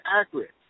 accurate